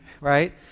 right